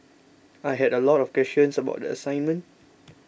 I had a lot of questions about the assignment